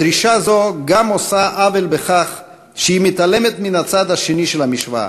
דרישה זו גם עושה עוול בכך שהיא מתעלמת מהצד השני של המשוואה,